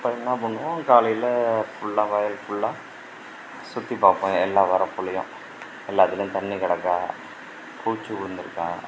அப்புறம் என்ன பண்ணுவோம் காலையில் ஃபுல்லா வயல் ஃபுல்லாக சுற்றி பார்ப்போம் எல்லா வரப்புலேயும் எல்லாத்துலேயும் தண்ணி கிடைக்கா பூச்சி விழுந்துருக்கா